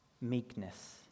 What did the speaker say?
meekness